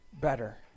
better